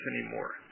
anymore